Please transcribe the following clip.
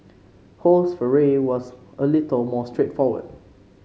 ho's foray was a little more straight forward